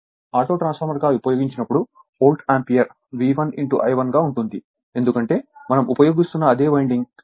auto ట్రాన్స్ఫార్మర్గా ఉపయోగించినప్పుడు volt ampere V1I1 గా ఉంటుంది ఎందుకంటే మనం ఉపయోగిస్తున్న అదే వైండింగ్